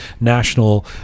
national